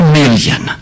million